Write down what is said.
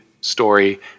story